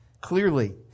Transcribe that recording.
clearly